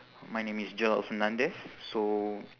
my name is joel fernandes so